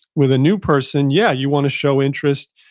with a new person, yeah, you want to show interest.